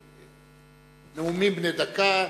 הנאומים בני דקה.